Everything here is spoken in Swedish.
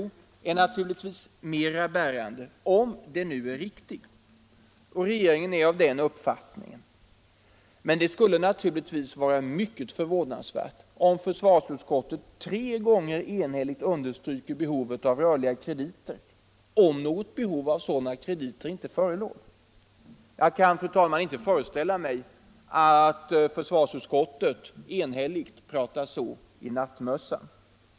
Det skälet är naturligtvis mera bärande, om det nu är riktigt. Regeringen är av den uppfattningen. Men det skulle vara mycket förvånansvärt om ett enhälligt försvarsutskott tre gånger underströk behovet av rörliga krediter utan att något behov av sådana krediter förelåg. Jag kan, fru talman, inte föreställa mig att ett enhälligt försvarsutskott pratar i nattmössan på det sättet.